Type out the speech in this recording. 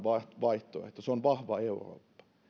vaihtoehto se on vahva eurooppa